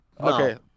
Okay